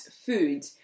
food